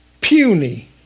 Puny